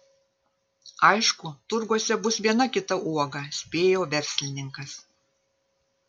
aišku turguose bus viena kita uoga spėjo verslininkas